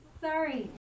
Sorry